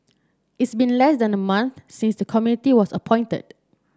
it's been less than a month since the committee was appointed